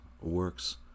works